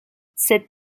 cette